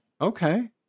Okay